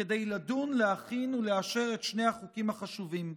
כדי לדון, להכין ולאשר את שני החוקים החשובים.